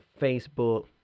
Facebook